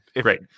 great